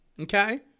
Okay